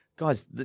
Guys